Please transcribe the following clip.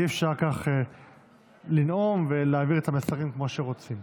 אי-אפשר כך לנאום ולהעביר את המסרים כמו שרוצים.